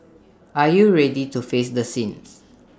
are you ready to face the sins